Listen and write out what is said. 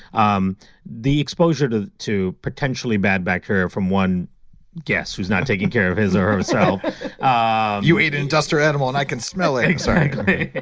um the exposure to to potentially bad bacteria from one guest who's not taking care of his or herself so ah you ate an industrial animal and i can smell it exactly.